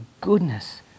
goodness